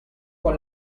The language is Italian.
con